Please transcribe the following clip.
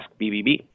AskBBB